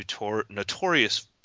notorious